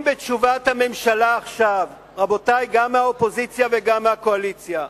אם בתשובת הממשלה עכשיו רבותי גם מהאופוזיציה וגם מהקואליציה,